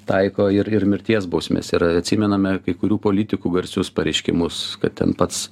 taiko ir ir mirties bausmes ir atsimename kai kurių politikų garsius pareiškimus kad ten pats